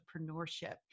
entrepreneurship